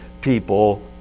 people